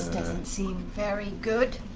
seem very good.